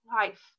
life